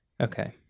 Okay